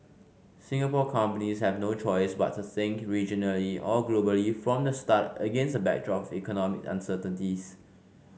Singapore companies have no choice but to think regionally or globally from the start against a backdrop of economic uncertainties